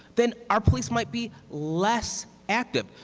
then our police might be less active.